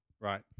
Right